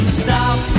stop